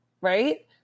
right